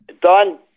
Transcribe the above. Don